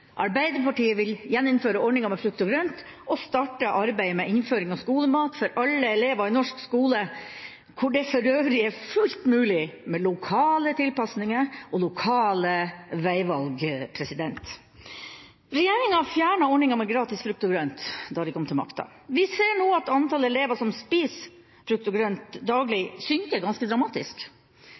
Arbeiderpartiet vil gjeninnføre ordninga med frukt og grønt og starte arbeidet med innføring av skolemat for alle elever i norsk skole – hvor det for øvrig er fullt mulig med lokale tilpasninger og lokale veivalg. Regjeringa fjernet ordninga med gratis frukt og grønt da de kom til makta. Vi ser nå at antallet elever som spiser frukt og grønt daglig, synker ganske dramatisk.